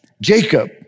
Jacob